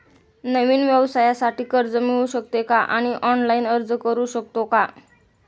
नवीन व्यवसायासाठी कर्ज मिळू शकते का आणि ऑनलाइन अर्ज करू शकतो का?